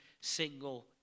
single